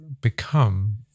become